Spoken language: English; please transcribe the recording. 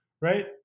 right